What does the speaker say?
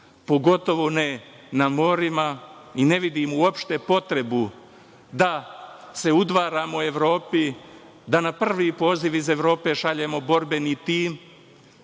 pogotovo ne na morima, i ne vidim uopšte potrebu da se udvaramo Evropi, da na prvi poziv iz Evrope šaljemo borbeni tim